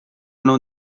não